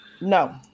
no